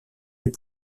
est